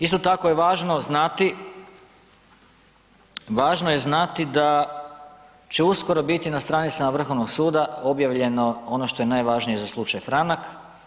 Isto tako je važno znati, važno je znati da će uskoro biti na stranicama Vrhovnog suda objavljeno ono što je najvažnije za slučaj Franak.